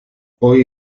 hoy